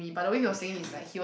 that's true